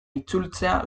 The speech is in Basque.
itzultzea